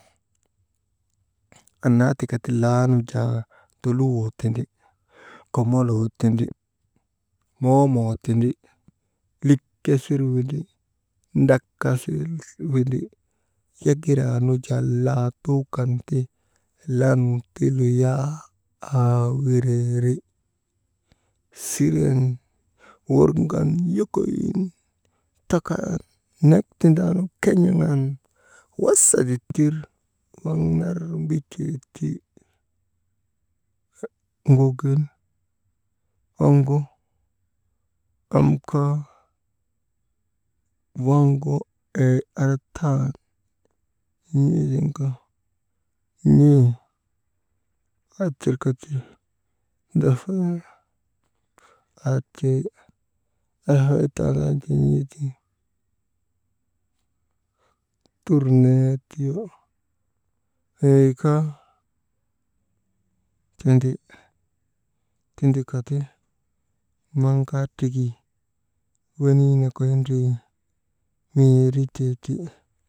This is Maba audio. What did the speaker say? Annaa tika ti laa nu jaa toluwoo tindi, komoloo tindi, moomoo tindi, likesir windi, ndakalsir windi, yagiraanu jaa laatuu kan ti lan ti luyaa, aawiriwiri, siren wurŋan yokoyin takalan nek tindaanu ken̰eŋan wasa dittir naŋ nar mbitee ti, «Hesitation» waŋgu eey artaani, n̰ee aa tirka ti, ndafayan aa tiri, haa tadaatiŋ n̰eetiŋ turnee tuyo mii kaa gindi, tindakati maŋ kaa triki, wenii nokoy ndrii miyeeritee ti.